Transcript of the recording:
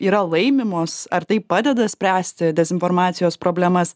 yra laimimos ar tai padeda spręsti dezinformacijos problemas